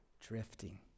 drifting